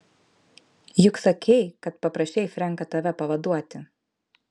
juk sakei kad paprašei frenką tave pavaduoti